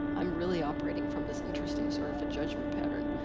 i'm really operating from this interesting sort of a judgment pattern.